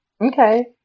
Okay